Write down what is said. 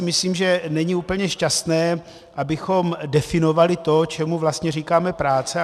Myslím si, že není úplně šťastné, abychom definovali to, čemu vlastně říkáme práce.